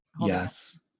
Yes